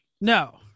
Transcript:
No